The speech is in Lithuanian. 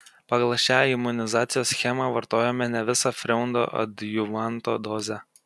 pagal šią imunizacijos schemą vartojome ne visą freundo adjuvanto dozę